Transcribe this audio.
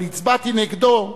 אבל הצבעתי נגדו,